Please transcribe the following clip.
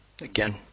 Again